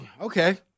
Okay